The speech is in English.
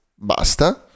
Basta